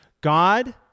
God